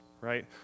right